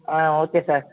ah okay sir